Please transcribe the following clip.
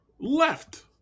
Left